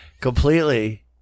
Completely